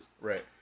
Right